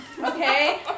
okay